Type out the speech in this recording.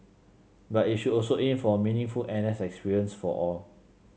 but it should also aim for a meaningful N S experience for all